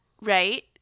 right